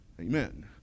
amen